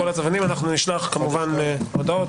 אנחנו נשלח, כמובן, הודעות.